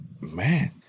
man